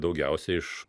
daugiausia iš